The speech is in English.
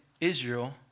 Israel